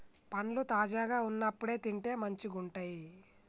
పండ్లు తాజాగా వున్నప్పుడే తింటే మంచిగుంటయ్